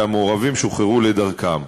והמעורבים שוחררו לדרכם.